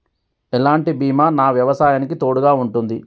ఎలాంటి బీమా నా వ్యవసాయానికి తోడుగా ఉంటుంది?